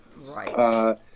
Right